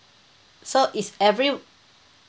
so it's every